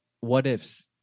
what-ifs